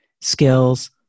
skills